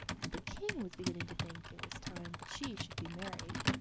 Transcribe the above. and the king was beginning to think it was time that she should be married.